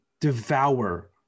devour